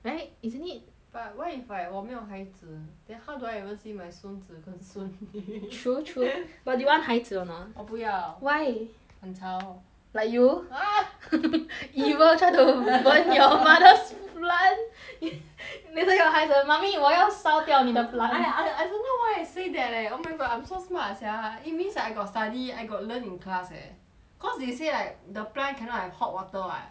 right isn't it but what if like 我没有孩子 then how do I even see my 孙子跟孙女 true true but do you want 孩子 or not 我不要 why 很吵 like you ah evil try to burn your mother's plant then 那个孩子 mummy 我要烧掉你的 plant I I don't know why I say that leh oh my god I'm so smart sia it means I got study I got learn in class eh cause they say like the plant cannot have hot water [what]